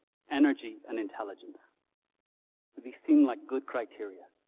energy and intelligence. do they seem like good criteria?